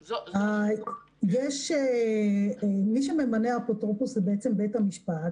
מי שממנה אפוטרופוס זה בית המשפט.